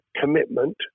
commitment